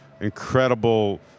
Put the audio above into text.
incredible